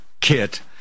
kit